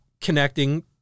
connecting